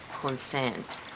consent